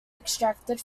extracted